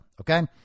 Okay